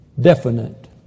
Definite